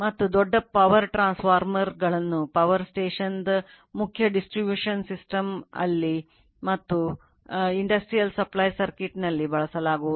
ಮತ್ತು ದೊಡ್ಡ power transformer ನಲ್ಲಿ ಬಳಸಲಾಗುತ್ತದೆ